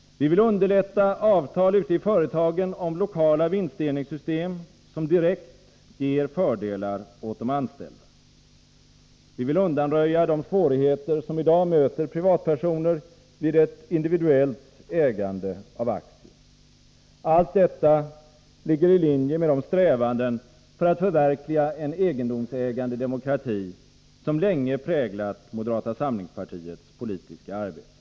Vi vill underlätta avtal ute i företagen om lokala vinstdelningssystem, som direkt ger fördelar åt de anställda. Vi vill undanröja de svårigheter som i dag möter privatpersoner vid ett individuellt ägande av aktier. Allt detta ligger i linje med de strävanden för att förverkliga en egendomsägande demokrati som länge präglat moderata samlingspartiets politiska arbete.